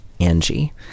Angie